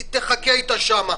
לך תחכה איתה שם,